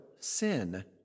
sin